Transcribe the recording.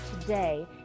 today